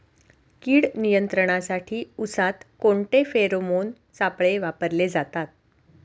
कीड नियंत्रणासाठी उसात कोणते फेरोमोन सापळे वापरले जातात?